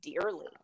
dearly